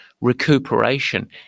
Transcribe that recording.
recuperation